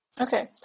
Okay